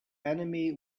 enemy